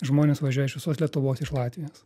žmonės važiuoja iš visos lietuvos iš latvijos